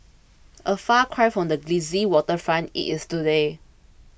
a far cry from the glitzy waterfront it is today